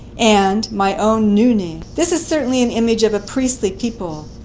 and my own new name. this is certainly an image of a priestly people.